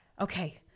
okay